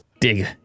dig